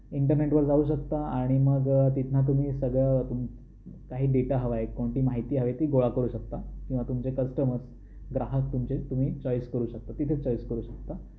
इंटरनेटवर जाऊ शकता आणि मग तिथनं तुम्ही सगळं तुम काही डेटा हवा आहे कोणती माहिती हवी ती गोळा करू शकता किंवा तुमचे कस्टमर्स ग्राहक तुमचे तुम्ही चॉईस करू शकता तिथेच चॉईस करू शकता